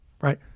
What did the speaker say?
right